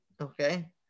okay